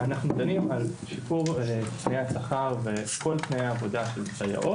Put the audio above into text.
אנחנו דנים על שיפור תנאי השכר וכל תנאי העבודה של הסייעות.